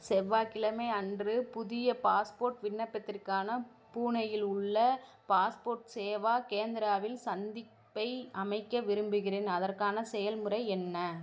செவ்வாக்கிழமை அன்று புதிய பாஸ்போர்ட் விண்ணப்பத்திற்காக பூனேயில் உள்ள பாஸ்போர்ட் சேவா கேந்திராவில் சந்திப்பை அமைக்க விரும்புகிறேன் அதற்கான செயல்முறை என்ன